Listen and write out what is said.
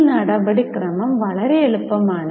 ഈ നടപടിക്രമം വളരെ എളുപ്പമാണ്